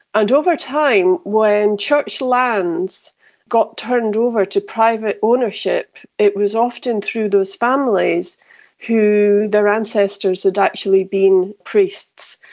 and over time when church lands got turned over to private ownership, it was often through those families who their ancestors had actually been priests.